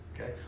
Okay